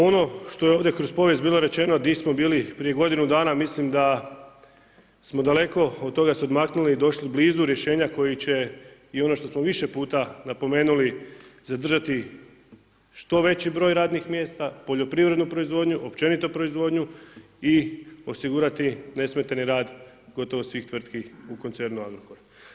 Ono što je ovdje kroz povijest bilo rečeno gdje smo bili prije godinu dana mislim da smo daleko od toga se odmaknuli i došli blizu rješenja koji će i ono što smo više puta napomenuli zadržati što veći broj radnih mjesta, poljoprivrednu proizvodnju, općenito proizvodnju i osigurati nesmetani rad gotovo svih tvrtki u koncernu Agrokor.